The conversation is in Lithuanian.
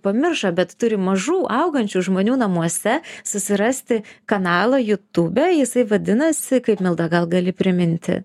pamiršo bet turi mažų augančių žmonių namuose susirasti kanalą jutube jisai vadinasi kaip milda gal gali priminti